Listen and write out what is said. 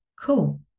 cool